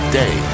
day